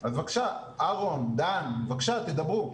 אהרון, דן, בקשה תדברו.